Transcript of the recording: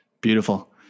Beautiful